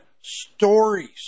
stories